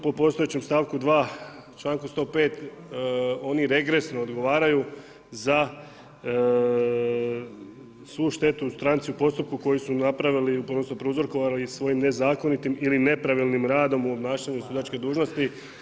Po postojećem stavku 2. članku 105. oni regresno odgovaraju za svu štetu u stranci u postupku koju su napravili odnosno prouzrokovali svojim nezakonitim ili nepravilnim radom u obnašanju sudačke dužnosti.